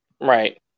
Right